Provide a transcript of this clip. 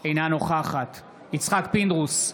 אינה נוכחת יצחק פינדרוס,